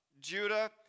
Judah